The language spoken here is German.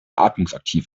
atmungsaktiv